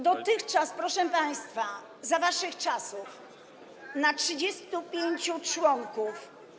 Dotychczas, proszę państwa, za waszych czasów, na 35 członków.